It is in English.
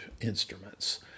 instruments